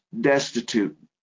destitute